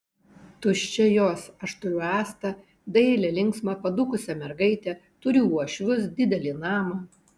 tuščia jos aš turiu astą dailią linksmą padūkusią mergaitę turiu uošvius didelį namą